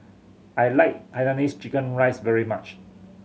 I like hainanese chicken rice very much